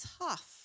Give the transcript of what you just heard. Tough